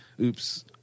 Oops